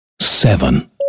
seven